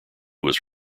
was